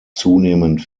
zunehmend